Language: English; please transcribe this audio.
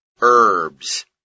herbs